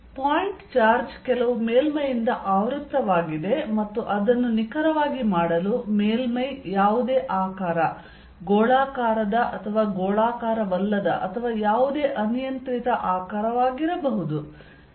point charge ಕೆಲವು ಮೇಲ್ಮೈಯಿಂದ ಆವೃತ್ತವಾಗಿದೆ ಮತ್ತು ಅದನ್ನು ನಿಖರವಾಗಿ ಮಾಡಲು ಮೇಲ್ಮೈ ಯಾವುದೇ ಆಕಾರ ಗೋಳಾಕಾರದ ಅಥವಾ ಗೋಳಾಕಾರವಲ್ಲದ ಅಥವಾ ಯಾವುದೇ ಅನಿಯಂತ್ರಿತ ಆಕಾರವಾಗಿರಬಹುದು